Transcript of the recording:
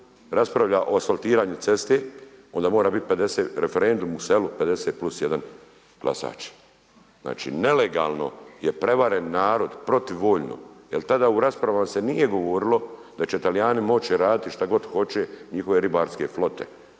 raspravlja o asfaltiranju ceste onda mora biti referendum u selu 50+1 glasač. Znači nelegalno je prevaren narod protiv voljno jer tada u raspravama se nije govorilo da će Talijani moći raditi šta god hoće i njihove ribarske flote.